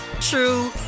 true